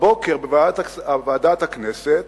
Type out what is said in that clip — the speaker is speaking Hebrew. להשתתף הבוקר בוועדת הכנסת,